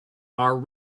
are